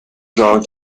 john